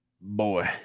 Boy